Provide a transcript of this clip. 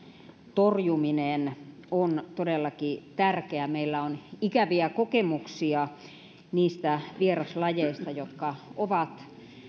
torjuminen on todellakin tärkeää meillä on ikäviä kokemuksia niistä vieraslajeista jotka ovat